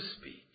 speak